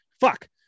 fuck